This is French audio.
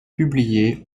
publiée